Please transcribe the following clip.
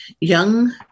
young